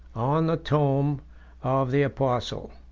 on the tomb of the apostle.